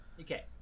Okay